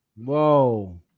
Whoa